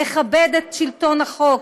לכבד את שלטון החוק,